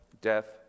death